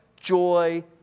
joy